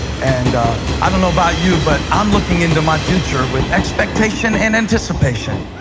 and i don't know about you, but i'm looking into my future with expectation and anticipation.